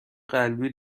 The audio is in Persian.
قلبی